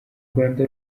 rwanda